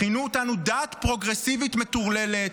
כינו אותנו "דעת פרוגרסיבית מטורללת".